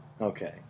Okay